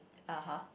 (uh huh)